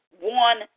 one